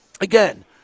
again